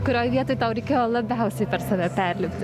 kurioj vietoj tau reikėjo labiausiai per save perlipti